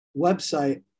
website